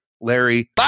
Larry